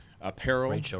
apparel